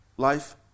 Life